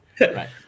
Right